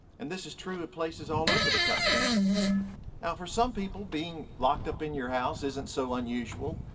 and this is true in places all over the country. now for some people, being locked up in your house isn't so unusual.